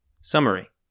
Summary